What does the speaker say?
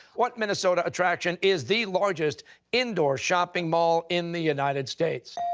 what minnesota attraction is the largest indoor shopping mall in the united states?